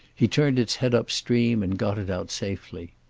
he turned its head upstream, and got it out safely.